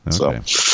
Okay